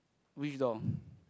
which door